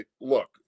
look